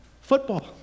football